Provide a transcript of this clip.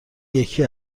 یکی